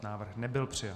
Návrh nebyl přijat.